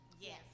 Yes